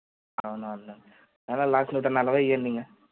అవునవును లేండి అన్న లాస్ట్ నూట నలభై ఇవ్వండి ఇక